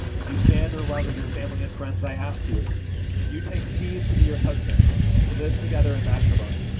as you stand in the love of your family and friends, i ask you, do you take steve to be your husband to live together in matrimony?